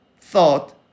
thought